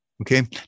Okay